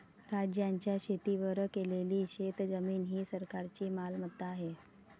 राज्याच्या शेतीवर केलेली शेतजमीन ही सरकारची मालमत्ता आहे